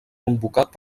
convocat